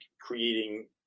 creating